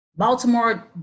Baltimore